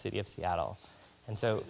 city of seattle and so